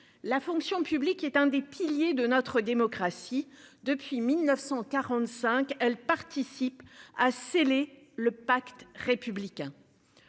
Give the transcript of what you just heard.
La fonction publique qui est un des piliers de notre démocratie. Depuis 1945, elle participe à sceller le pacte républicain.